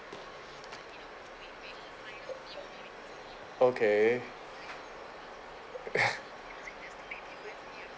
okay